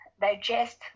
digest